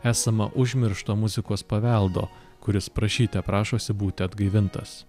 esama užmiršto muzikos paveldo kuris prašyte prašosi būti atgaivintas